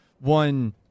one